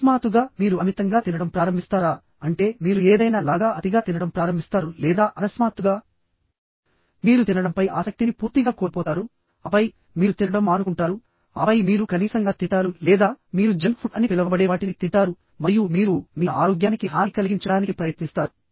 అకస్మాత్తుగా మీరు అమితంగా తినడం ప్రారంభిస్తారా అంటే మీరు ఏదైనా లాగా అతిగా తినడం ప్రారంభిస్తారు లేదా అకస్మాత్తుగామీరు తినడంపై ఆసక్తిని పూర్తిగా కోల్పోతారు ఆపై మీరు తినడం మానుకుంటారు ఆపై మీరు కనీసంగా తింటారు లేదా మీరు జంక్ ఫుడ్ అని పిలవబడే వాటిని తింటారు మరియు మీరు మీ ఆరోగ్యానికి హాని కలిగించడానికి ప్రయత్నిస్తారు